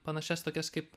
panašias tokias kaip